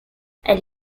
elle